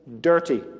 dirty